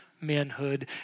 manhood